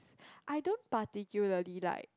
I don't particularly like